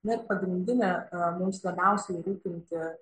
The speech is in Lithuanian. na ir pagrindinė mums labiausiai rūpinti